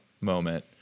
Moment